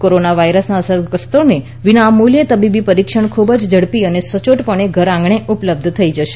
corona વાઇરસના અસરગ્રસ્તોના વિના મૂલ્ચે તબીબી પરીક્ષણ ખુબ ઝડપથી અને સચોટ પણે ઘર આંગણે ઉપલબ્ધ થઈ છે